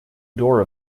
door